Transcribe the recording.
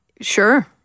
sure